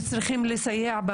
שצריכים לסייע.